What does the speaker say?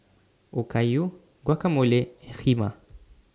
Okayu Guacamole and Kheema